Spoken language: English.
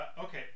Okay